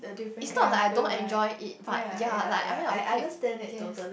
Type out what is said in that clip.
it is not like I don't enjoy it but ya like I mean I am okay yes